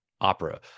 Opera